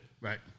right